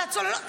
על הצוללות,